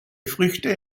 früchte